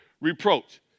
reproach